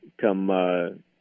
come, –